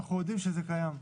אנחנו יודעים שזה קיים.